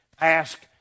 ask